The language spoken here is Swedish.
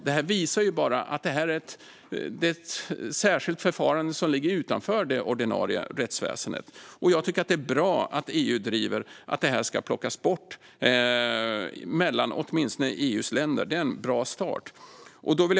Det visar bara att detta är ett särskilt förfarande, som ligger utanför det ordinarie rättsväsendet. Jag tycker att det är bra att EU driver att avtalen ska plockas bort åtminstone mellan EU:s länder. Det är en bra start. Fru talman!